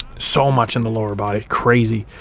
so much in the lower body crazy,